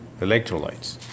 electrolytes